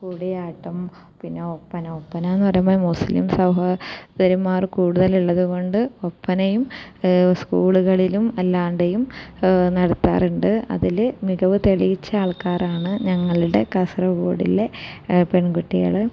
കൂടിയാട്ടം പിന്നെ ഒപ്പന ഒപ്പണയെന്ന് പറയുമ്പം മുസ്ലിം സഹോ ദരിന്മാർ കൂടുതലുള്ളതുകൊണ്ട് ഒപ്പനയും സ്കൂളുകളിലും അല്ലാതെയും നടത്താറുണ്ട് അതില് മികവ് തെളിയിച്ച ആൾക്കാറാണ് ഞങ്ങളുടെ കാസർഗോഡിലെ പെൺകുട്ടികള്